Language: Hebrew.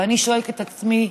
ואני שואלת את עצמי,